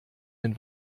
den